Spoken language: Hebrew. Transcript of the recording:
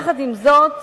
יחד עם זאת,